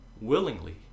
willingly